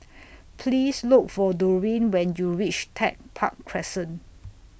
Please Look For Dorine when YOU REACH Tech Park Crescent